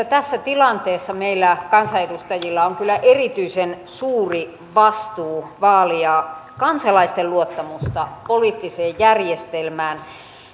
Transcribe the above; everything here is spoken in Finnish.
tässä tilanteessa meillä kansanedustajilla on kyllä erityisen suuri vastuu vaalia kansalaisten luottamusta poliittiseen järjestelmään